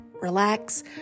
relax